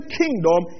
kingdom